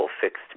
Fixed